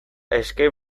escape